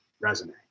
resume